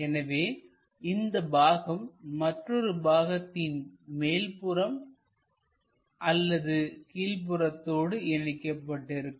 எனவே இந்த பாகம் மற்றொரு பாகத்தின் மேல்புறம் அல்லது கீழ் புறத்தோடு இணைக்கப்பட்டிருக்கும்